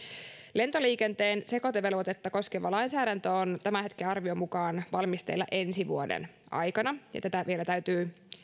lentoliikenteen sekoitevelvoitetta koskeva lainsäädäntö on tämän hetken arvion mukaan valmisteilla ensi vuoden aikana ja tätä vielä täytyy